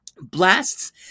blasts